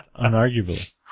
unarguably